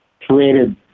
created